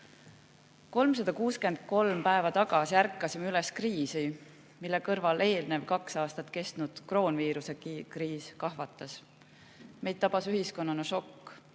363 päeva tagasi ärkasime üles keset kriisi, mille kõrval eelnenud kaks aastat kestnud kroonviirusekriis kahvatas. Meid tabas ühiskonnana šokk.